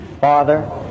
father